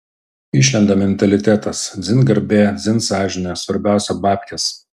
išlenda mentalitetas dzin garbė dzin sąžinė svarbiausia babkės